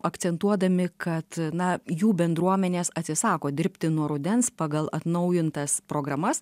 akcentuodami kad na jų bendruomenės atsisako dirbti nuo rudens pagal atnaujintas programas